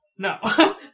No